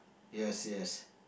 yes yes